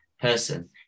person